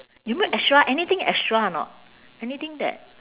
you mean extra anything extra or not anything that